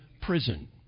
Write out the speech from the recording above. prison